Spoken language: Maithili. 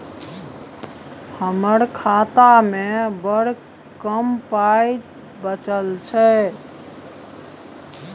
हमर खातामे बड़ कम पाइ बचल छै